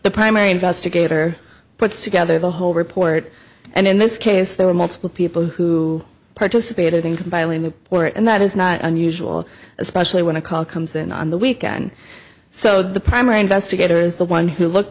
the primary investigator puts together the whole report and in this case there were multiple people who participated in compiling the or and that is not unusual especially when a call comes in on the weekend so the primary investigator is the one who looked